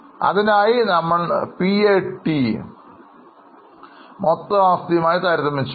അതിനായി നമ്മൾ PAT മൊത്തം ആസ്തിയുമായി താരതമ്യം ചെയ്യുന്നു